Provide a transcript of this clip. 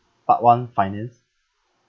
part one finance